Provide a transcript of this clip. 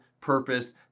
purpose